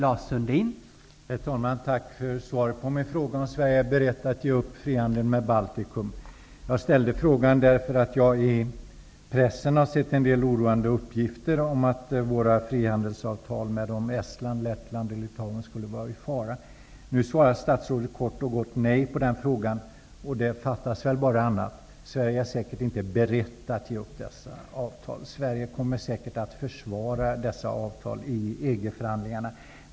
Herr talman! Tack för svaret på min fråga om Sverige är berett att ge upp frihandeln med Jag framställde frågan därför att jag i pressen har sett en del oroande uppgifter om att våra frihandelsavtal med Estland, Lettland och Litauen skulle vara i fara. Statsrådet säger kort och gott nej -- fattas väl bara annat! Sverige är säkert inte berett att ge upp dessa avtal, utan Sverige kommer säkert att försvara dem i EG-förhandlingarna.